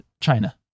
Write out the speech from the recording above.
China